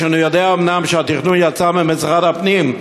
אני יודע אומנם שהתכנון יצא ממשרד הפנים,